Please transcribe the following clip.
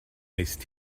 iced